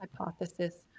hypothesis